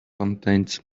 contains